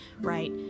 right